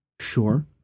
Sure